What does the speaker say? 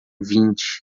vinte